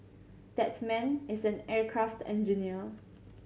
that man is an aircraft engineer